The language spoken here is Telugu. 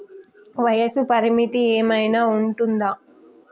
వయస్సు పరిమితి ఏమైనా ఉంటుందా?